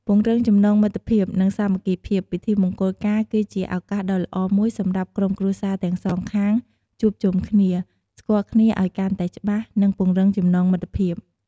ពង្រឹងចំណងមិត្តភាព និងសាមគ្គីភាព ពិធីមង្គលការគឺជាឱកាសដ៏ល្អមួយសម្រាប់ក្រុមគ្រួសារទាំងសងខាងជួបជុំគ្នា ស្គាល់គ្នាឱ្យកាន់តែច្បាស់ និងពង្រឹងចំណងមិត្តភាព។